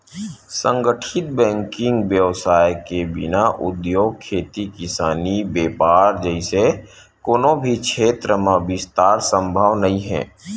संगठित बेंकिग बेवसाय के बिना उद्योग, खेती किसानी, बेपार जइसे कोनो भी छेत्र म बिस्तार संभव नइ हे